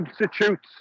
substitutes